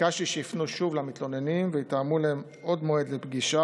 ביקשתי שיפנו שוב למתלוננים ויתאמו להם עוד מועד לפגישה